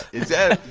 yeah.